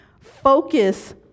Focus